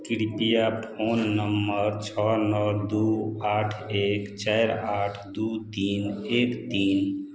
कृपया phone number छओ नओ दुइ आठ एक चारि आठ दुइ तीन एक तीन